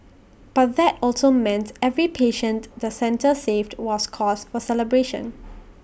but that also meant every patient the centre saved was cause for celebration